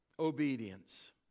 Obedience